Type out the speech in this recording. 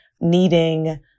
needing